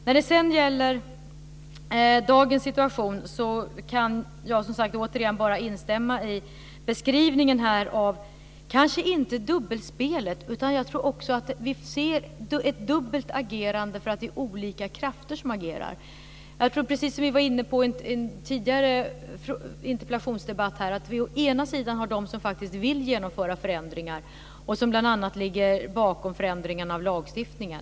När det sedan gäller dagens situation kan jag som sagt återigen instämma i beskrivningen av kanske inte dubbelspelet men av att vi ser ett dubbelt agerande, för det är olika krafter som agerar. Vi har i en tidigare interpellationsdebatt varit inne på att vi å ena sidan har dem som faktiskt vill genomföra förändringar och som bl.a. ligger bakom förändringarna av lagstiftningen.